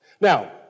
Now